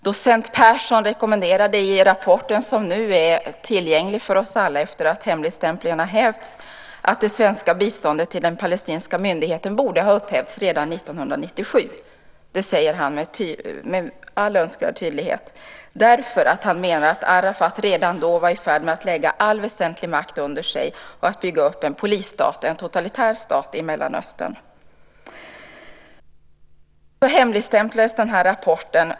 Docent Persson rekommenderade i rapporten, som nu är tillgänglig för oss alla efter att hemligstämplingen har hävts, att det svenska biståndet till den palestinska myndigheten borde ha upphävts redan 1997 - det säger han med all önskvärd tydlighet - därför att han menar att Arafat redan då var i färd med att lägga all väsentlig makt under sig och att bygga upp en polisstat, en totalitär stat, i Mellanöstern. Så hemligstämplades den här rapporten.